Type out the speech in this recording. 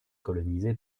colonisées